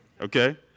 okay